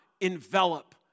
envelop